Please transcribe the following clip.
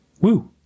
woo